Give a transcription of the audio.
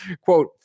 Quote